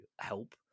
help